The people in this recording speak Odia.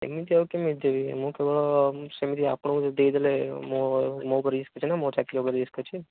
ସେମିତି ଆଉ କେମିତି ଦେବି ମୁଁ କେବଳ ମୁଁ ସେମିତି ଆପଣଙ୍କୁ ଦେଇଦେଲେ ମୋ ମୋ ଉପରେ ରିସ୍କ ଅଛି ନା ମୋ ଚାକିରି ଉପରେ ରିସ୍କ ଅଛି